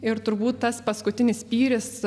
ir turbūt tas paskutinis spyris